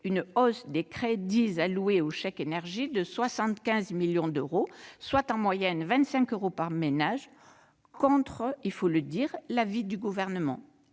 une hausse des crédits alloués au chèque énergie de 75 millions d'euros, soit en moyenne 25 euros par ménage, contre l'avis du Gouvernement.